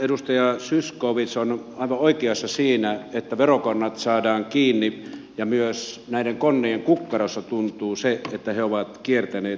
edustaja zyskowicz on aivan oikeassa siinä että verokonnat saadaan kiinni ja myös näiden konnien kukkarossa tuntuu se että he ovat kiertäneet veroja